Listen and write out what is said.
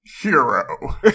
hero